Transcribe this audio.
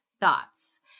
thoughts